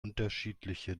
unterschiedliche